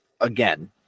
again